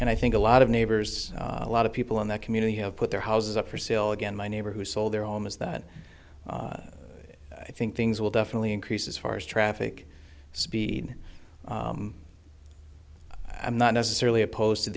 and i think a lot of neighbors a lot of people in that community have put their houses up for sale again my neighbor who sold their home is that i think things will definitely increase as far as traffic speed i'm not necessarily opposed to